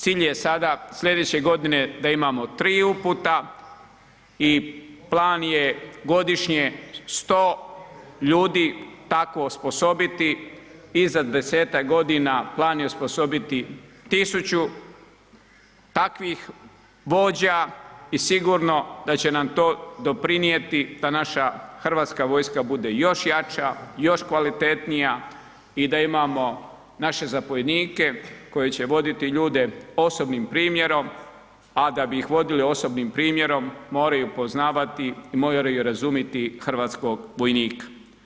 Cilj je sada, slijedeće godine da imamo 3 uputa i plan je godišnje 100 ljudi tako osposobiti i za 10-tak godina plan je osposobiti 1000 takvih vođa i sigurno da će nam to doprinijeti da naša HV bude još jača, još kvalitetnija i da imamo naše zapovjednike koji će voditi ljude osobnim primjerom, a da bi ih vodili osobnim primjerom, moraju poznavati i moraju razumiti hrvatskog vojnika.